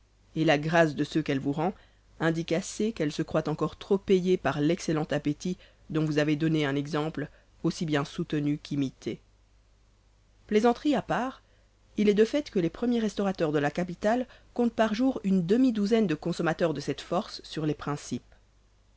et la grâce de ceux qu'elle vous rend indique assez qu'elle se croit encore trop payée par l'excellent appétit dont vous avez donné un exemple aussi bien soutenu qu'imité plaisanterie à part il est de fait que les premiers restaurateurs de la capitale comptent par jour une demi douzaine de consommateurs de cette force sur les principes